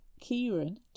Kieran